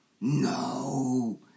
No